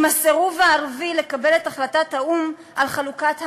עם הסירוב הערבי לקבל את החלטת האו"ם על חלוקת הארץ,